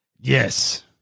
Yes